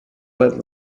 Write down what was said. lead